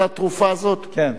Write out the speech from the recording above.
כן.